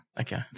Okay